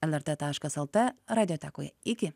lrt taškas lt radiotekoj iki